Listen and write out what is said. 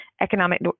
economic